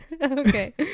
Okay